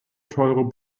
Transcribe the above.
teure